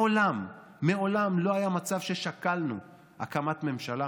מעולם, מעולם לא היה מצב ששקלנו הקמת ממשלה,